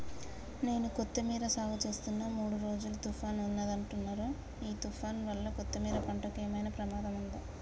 నేను కొత్తిమీర సాగుచేస్తున్న మూడు రోజులు తుఫాన్ ఉందన్నరు ఈ తుఫాన్ వల్ల కొత్తిమీర పంటకు ఏమైనా ప్రమాదం ఉందా?